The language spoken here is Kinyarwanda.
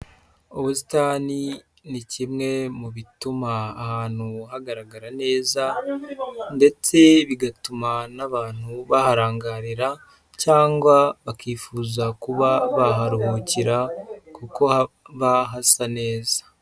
Ubusitani ni kimwe mu bituma ahantu hagaragarara neza, ndetse bigatuma n'abantu baharangarira cyangwa bakifuza kuba baharuhukira kuko haba hasa neza.